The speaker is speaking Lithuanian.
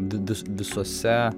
didus visose